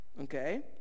okay